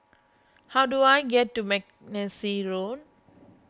how do I get to Mackenzie Road